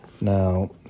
Now